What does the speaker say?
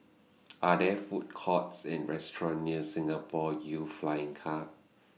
Are There Food Courts and restaurants near Singapore Youth Flying Car